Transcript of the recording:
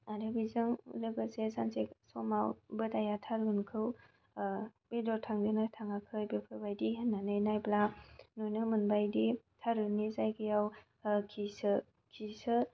आरो बेजों लोगोसे सानसे समाव बोरायआ थारुनखौ बेदर थांदों ना थाङाखै बेफोरबायदि होननानै नायोब्ला नुनो मोनबायदि थारुननि जायगायाव खिसो